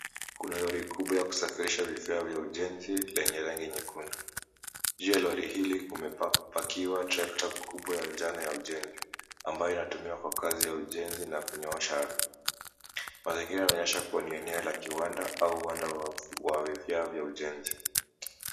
Kuna lori kubwa ya kusafirisha vifaa vya ujenzi lenye rangi nyekundu. Juu ya lori hili kumepakiwa trekta kubwa ya njano ya ujenzi ambayo inatumiwa kwa kazi ya ujenzi na kunyoosha ardhi. Mazingira yanaonyesha kua ni eneo la kiwanda au uwanda wa vifaa vya ujenzi.